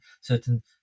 certain